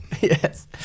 Yes